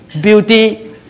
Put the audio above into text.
beauty